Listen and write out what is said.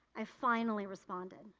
i finally responded.